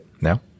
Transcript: now